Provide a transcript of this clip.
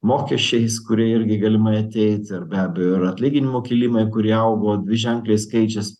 mokesčiais kurie irgi galimai ateit ir be abejo ir atlyginimų kilimai kurie augo dviženkliais skaičiais